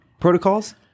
protocols